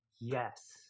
Yes